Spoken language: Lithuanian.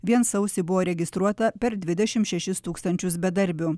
vien sausį buvo registruota per dvidešimt šešis tūkstančius bedarbių